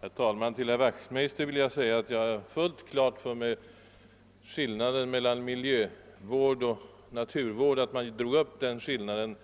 Herr talman! Till herr Wachtmeister skulle jag vilja säga att jag har fullt klart för mig skillnaden mellan miljövård och naturvård. Denna skillnad diskuterades ju också